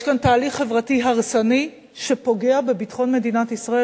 יש כאן תהליך חברתי הרסני שפוגע בביטחון מדינת ישראל,